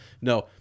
no